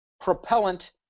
propellant